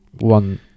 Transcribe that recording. one